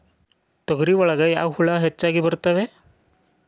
ತೊಗರಿ ಒಳಗ ಯಾವ ಹುಳ ಹೆಚ್ಚಾಗಿ ಬರ್ತವೆ?